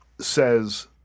says